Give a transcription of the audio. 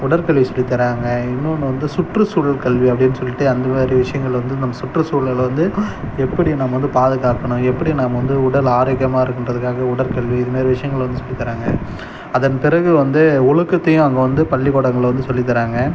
உடற்கல்வி சொல்லித்தராங்க இன்னொன்னு வந்து சுற்றுச்சூழல் கல்வி அப்படின்னு சொல்லிவிட்டு அந்த மாதிரி விஷயங்கள் வந்து நம்ம சுற்றுச்சூழலை வந்து எப்படி நம்ம வந்து பாதுகாக்கணும் எப்படி நம்ம வந்து உடல் ஆரோக்கியமாக இருக்கணுன்றத்துக்காகவே உடற்கல்வி இது மாதிரி விஷயங்கள் வந்து சொல்லித்தராங்க அதன் பிறகு வந்து ஒழுக்கத்தையும் அங்கே வந்து பள்ளிக்கூடங்களில் வந்து சொல்லி தராங்க